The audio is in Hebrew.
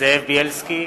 זאב בילסקי,